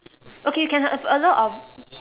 okay you can have a lot of